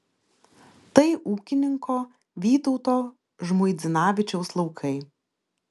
tai ūkininko vytauto žmuidzinavičiaus laukai